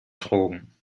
drogen